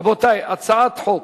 רבותי, הצעת חוק